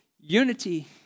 unity